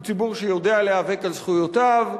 הוא ציבור שיודע להיאבק על זכויותיו,